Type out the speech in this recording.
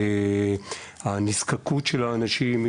הנזקקות של האנשים,